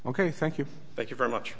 ok thank you thank you very much